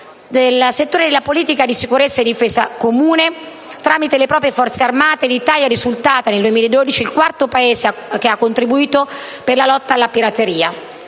Nel settore della politica di sicurezza e di difesa comune, tramite le proprie Forze armate l'Italia è risultata nel 2012 il quarto Paese ad aver contributo per la lotta alla pirateria.